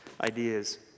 ideas